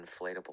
inflatable